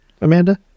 amanda